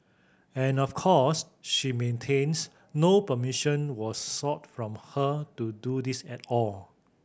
and of course she maintains no permission was sought from her to do this at all